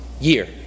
year